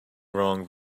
wrong